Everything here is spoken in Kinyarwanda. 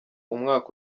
umwaka